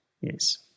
Yes